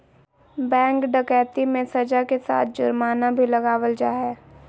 bank डकैती मे सज़ा के साथ जुर्माना भी लगावल जा हय